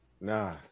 nah